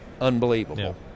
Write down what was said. unbelievable